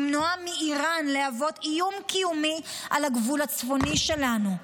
למנוע מאיראן להוות איום קיומי על הגבול הצפוני שלנו.